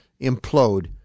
implode